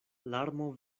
larmo